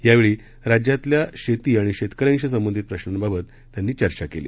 यावेळी राज्यातल्या शेती आणि शेतकऱ्यांशी संबंधित प्रश्नांबाबत त्यांनी चर्चा केली